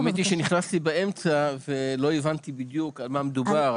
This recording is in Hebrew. האמת היא שנכנסתי באמצע ולא הבנתי בדיוק על מה מדובר,